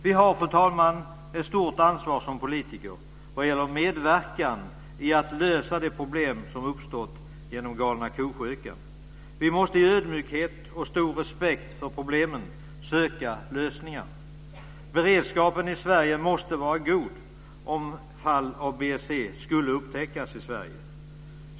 Vi har, fru talman, ett stort ansvar som politiker vad gäller medverkan i att lösa de problem som har uppstått genom galna ko-sjukan. Vi måste i ödmjukhet och stor respekt för problemen söka lösningar. Beredskapen i Sverige måste vara god om fall av BSE skulle upptäckas i Sverige.